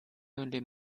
only